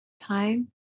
time